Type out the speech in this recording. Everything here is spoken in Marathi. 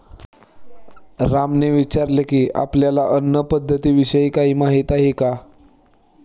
रामने विचारले की, आपल्याला अन्न पद्धतीविषयी काही माहित आहे का?